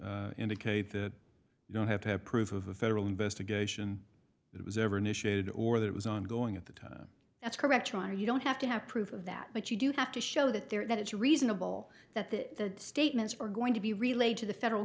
decision indicate that you don't have to have proof of a federal investigation that was ever initiated or that was ongoing at the time that's correct trying to you don't have to have proof of that but you do have to show that there that it's reasonable that the statements are going to be relayed to the federal